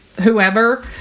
whoever